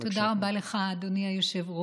תודה רבה לך, אדוני היושב-ראש.